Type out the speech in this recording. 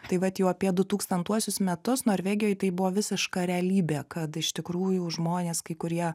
tai vat jau apie du tūkstantuosius metus norvegijoj tai buvo visiška realybė kad iš tikrųjų žmonės kurie